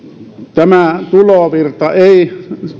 tämä tulovirta on